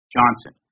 Johnson